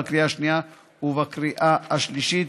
בקריאה השנייה ובקריאה השלישית.